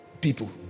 people